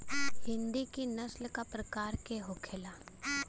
हिंदी की नस्ल का प्रकार के होखे ला?